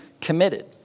committed